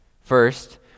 First